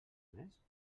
més